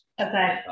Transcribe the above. okay